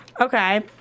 Okay